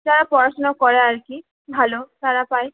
যারা পড়াশোনা করে আর কি ভালো তারা পায়